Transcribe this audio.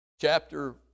chapter